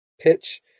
pitch